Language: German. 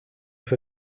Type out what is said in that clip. für